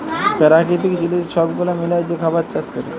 পেরাকিতিক জিলিস ছব গুলা মিলায় যে খাবার চাষ ক্যরে